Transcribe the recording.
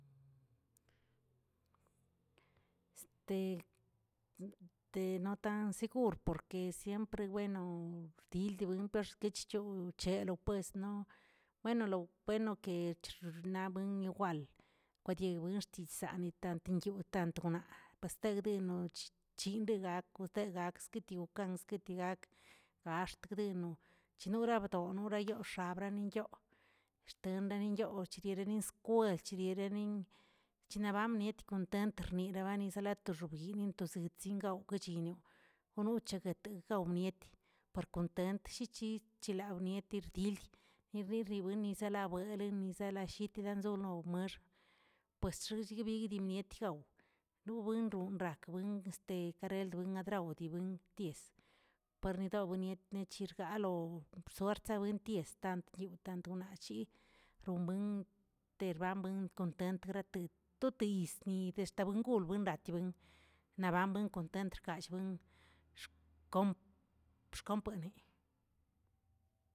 Este te no tan segur porque siempre bueno xtild wen parkech chow chelo pues no bueno lo bueno ke xnabuin igwal, kwadie binxttzaneꞌ tantiyiwn tantonaꞌ este gdendennoch chindegak wtegakzkitinkans, kitigak gaxt gdenu, chnorabdoꞌ norayaxaꞌabrannaniyoꞌ, xtendariꞌyo'o denin skwel chliꞌerenin chnabamiet kontent rnirabanizeə la to xobyini to chzechsingaꞌa kwechinioꞌ, kono chegueteꞌ gawꞌ nietg para kontent chi- chichelawbniet yirdild yireribuenis labuenielis nillalallꞌ eranzolo meax, pues xigchibidimietgaw, lubuenrarakw ungueste kareldguin agraw di winties pardinoniet nichergaloꞌo bsoer tsangontiestian tiwꞌtantanachi, rumbenə terbabuin kontentgratə to- totyistni nixtegaonguꞌun bolnateabuen, nabanbuin kontentr kashbuen xkomp xkomponeꞌ.